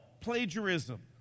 plagiarism